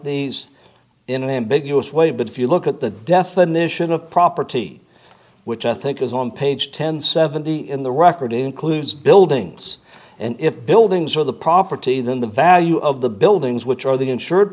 way but if you look at the definition of property which i think is on page ten seventy in the record includes buildings and if buildings are the property then the value of the buildings which are the insured